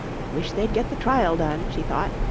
i wish they'd get the trial done she thought,